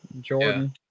Jordan